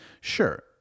Sure